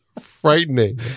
frightening